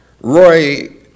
Roy